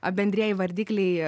bendrieji vardikliai